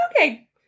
okay